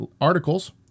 articles